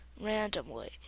randomly